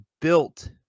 built